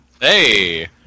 Hey